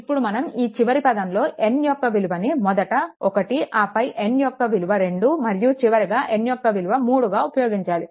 ఇప్పుడు మనం ఈ చివరి పదంలో n యొక్క విలువని మొదట 1 ఆపై n యొక్క విలువ 2 మరియు చివరగా n యొక్క విలువ 3గా ఉపయోగించాలి